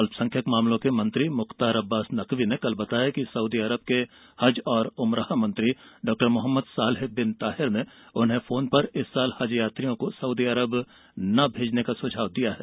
अल्पसंख्यक मामलों के मंत्री मुख्तार अब्बास नकवी ने कल बताया कि सऊदी अरब के हज और उमराह मंत्री डॉमोहम्मद सालेह बिन ताहिर ने उन्हें फोन पर इस साल हज यात्रियों को सउदी अरब न भेजने का सुझाव दिया है